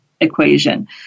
equation